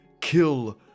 kill